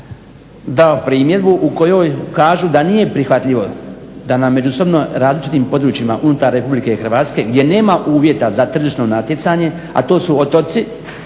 dao primjedbu u kojoj kažu da nije prihvatljivo da na međusobno različitim područjima unutar Republike Hrvatske gdje nema uvjeta za tržišno natjecanje a to su otoci